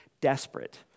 desperate